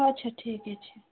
ଆଚ୍ଛା ଠିକ୍ ଅଛି